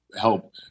help